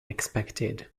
expected